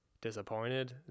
disappointed